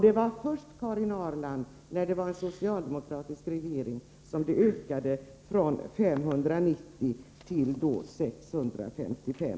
Det var först, Karin Ahrland, när vi fått en socialdemokratisk regering som antalet ökade från 590 till 655.